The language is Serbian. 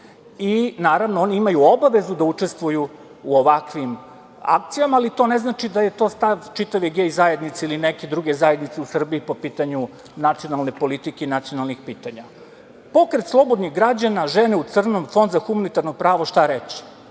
i naravno, oni imaju obavezu da učestvuju u ovakvim akcijama, ali to ne znači da je to stav čitave gej zajednice, ili neke druge zajednice u Srbiji, po pitanju nacionalne politike i nacionalnih pitanja. Pokret slobodnih građana, Žene u crnom, Fond za humanitarno pravo, šta reći?